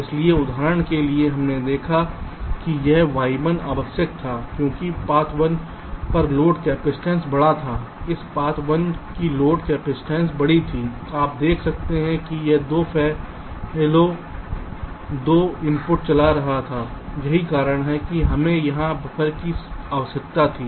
इसलिए उदाहरण में हमने देखा कि यह y1 आवश्यक था क्योंकि पाथ 1 का लोड कैपइसटेंस बड़ा था इस पथ 1 की लोड कैपइसटेंस बड़ी थी आप देखते हैं कि यह 2 फेलो 2 इनपुट चला रहा था यही कारण है कि हमें यहां बफर की आवश्यकता थी